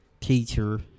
teacher